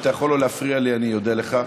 אם אתה יכול שלא להפריע לי, אני אודה לך.